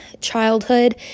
childhood